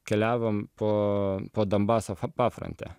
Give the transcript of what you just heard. keliavom po po donbaso pafronte